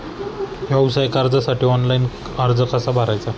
व्यवसाय कर्जासाठी ऑनलाइन अर्ज कसा भरायचा?